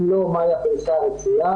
אם לא - מהי הפריסה הרצויה,